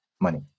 money